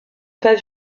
pas